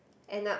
end up